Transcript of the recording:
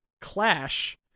Clash